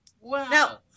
wow